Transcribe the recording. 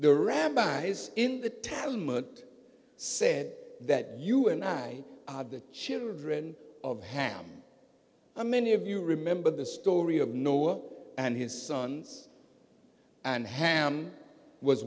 the rabbis in the talmud said that you and i are the children of ham and many of you remember the story of noah and his sons and ham was